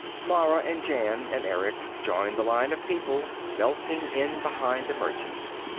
mara and jan and erick joined the line of people, melting in behind the merchants.